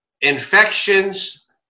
infections